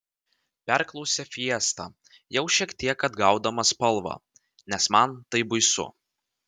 perklausė fiesta jau šiek tiek atgaudama spalvą nes man tai baisu